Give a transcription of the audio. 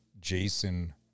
Jason